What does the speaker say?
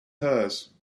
hers